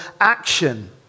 action